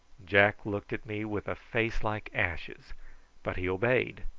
jack looked at me with a face like ashes but he obeyed,